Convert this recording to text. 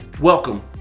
Welcome